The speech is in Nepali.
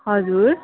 हजुर